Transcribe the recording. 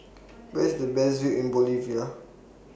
Where IS The Best View in Bolivia